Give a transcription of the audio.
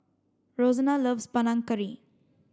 Rosena loves Panang Curry